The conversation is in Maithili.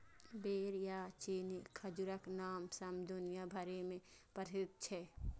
बेर या चीनी खजूरक नाम सं दुनिया भरि मे प्रसिद्ध छै